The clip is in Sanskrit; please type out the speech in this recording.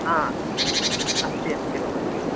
अस्ति अस्ति महोदयः